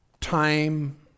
time